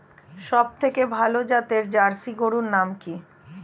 সবথেকে ভালো জাতের জার্সি গরুর নাম কি?